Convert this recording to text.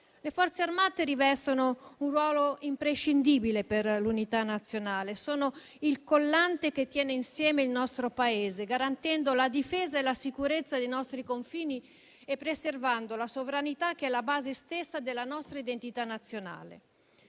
Le Forze armate rivestono un ruolo imprescindibile per l'unità nazionale, sono il collante che tiene insieme il nostro Paese, garantendo la difesa e la sicurezza dei nostri confini e preservando la sovranità che è la base stessa della nostra identità nazionale.